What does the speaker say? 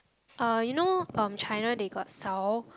uh you know uh China they got sell